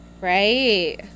Right